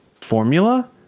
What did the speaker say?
formula